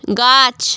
গাছ